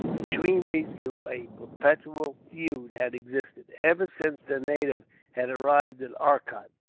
between these two a perpetual feud had existed, ever since the native had arrived at arcot,